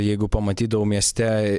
jeigu pamatydavau mieste